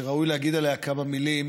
שראוי להגיד עליה כמה מילים,